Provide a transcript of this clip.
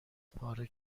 پاره